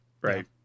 Right